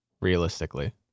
realistically